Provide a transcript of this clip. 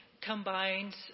combines